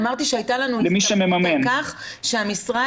אמרתי שהייתה לנו הסתמכות לכך שהמשרד